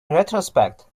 retrospect